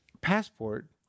Passport